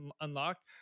unlocked